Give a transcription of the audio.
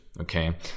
okay